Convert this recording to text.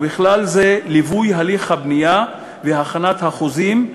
ובכלל זה ליווי הליך הבנייה והכנת החוזים,